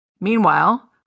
Meanwhile